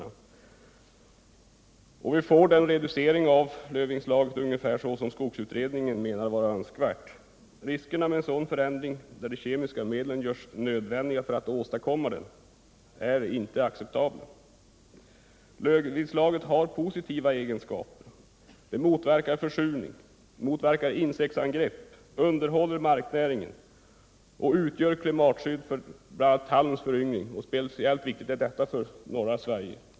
Vi får också ungefär den reducering av lövinslaget som skogsutredningen menar är önskvärd. Riskerna med en sådan förändring, där de kemiska medlen görs nödvändiga för att åstadkomma den, är inte acceptabla. Lövinslaget har positiva egenskaper. Det motverkar försurning och insektsangrepp, och det underhåller marknäringen. Dessutom utgör det klimatskydd för bl.a. tallens föryngring, vilket är speciellt viktigt för norra Sverige.